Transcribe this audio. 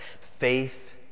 faith